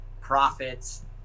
profits